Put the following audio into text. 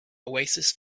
oasis